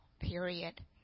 period